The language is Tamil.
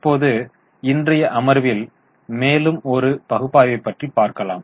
இப்போது இன்றைய அமர்வில் மேலும் ஒரு பகுப்பாய்வு பற்றி பார்க்கலாம்